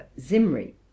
Zimri